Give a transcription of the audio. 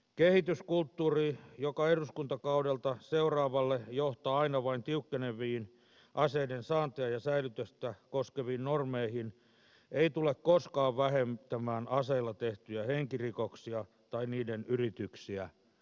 kehityskulttuuri joka eduskuntakaudelta seuraavalle johtaa aina vain tiukkeneviin aseiden saantia ja säilytystä koskeviin normeihin ei tule koskaan vähentämään aseilla tehtyjä henkirikoksia tai niiden yrityksiä päinvastoin